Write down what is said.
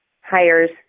hires